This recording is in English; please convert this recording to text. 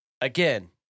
again